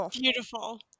Beautiful